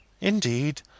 Indeed